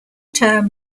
term